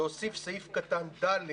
להוסיף סעיף קטן (ד)